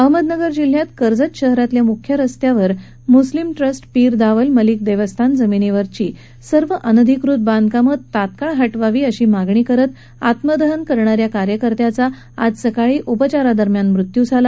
अहमदनगर जिल्ह्यात कर्जत शहरातील मुख्य रस्त्यावरील मुस्लिम ट्रस्ट पीर दावल मलिक देवस्थान जमिनीवरील सर्व अनधिकृत बांधकामे तत्काळ काढा अशी मागणी करत आत्मदहन करणाऱ्या कार्यकर्त्यांचा आज सकाळी उपचारा दरम्यान मृत्यू झाला